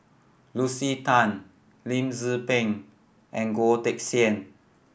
Lucy Tan Lim Tze Peng and Goh Teck Sian